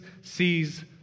sees